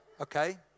okay